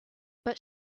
but